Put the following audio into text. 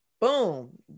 Boom